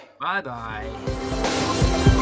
Bye-bye